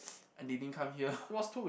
and they didn't come here